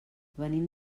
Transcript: venim